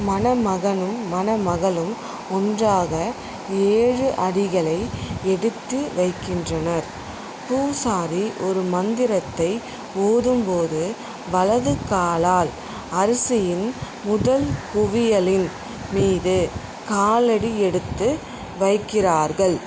மணமகனும் மணமகளும் ஒன்றாக ஏழு அடிகளை எடுத்து வைக்கின்றனர் பூசாரி ஒரு மந்திரத்தை ஓதும் போது வலது காலால் அரிசியின் முதல் குவியலின் மீது காலடி எடுத்து வைக்கிறார்கள்